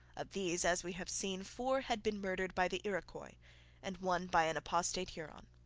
of these, as we have seen, four had been murdered by the iroquois and one by an apostate huron.